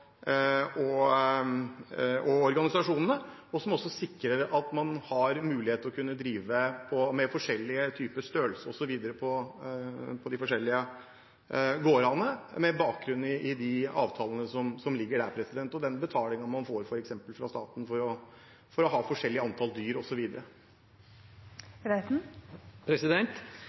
organisasjonene, og som også sikrer at man har mulighet til å kunne ha forskjellig størrelse osv. på de forskjellige gårdene – med bakgrunn i de avtalene som ligger der, og den betalingen man får fra staten for f.eks. å ha forskjellig antall dyr osv. Jeg setter pris på å høre at statsråden sier at regjeringen vil være framoverlent. Det har den vært, og